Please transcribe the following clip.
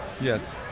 Yes